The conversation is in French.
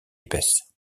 épaisses